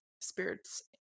spirits